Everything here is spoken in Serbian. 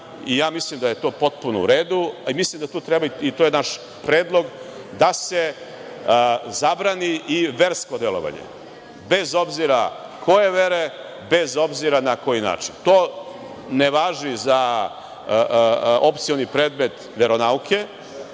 i ja mislim da je to potpuno u redu. Ali, mislim da je u redu, i to je naš predlog, da se zabrani i versko delovanje, bez obzira koje vere, bez obzira na koji način. To ne važi za opcioni predmet veronauke,